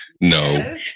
no